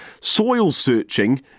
soil-searching